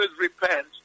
repent